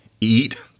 eat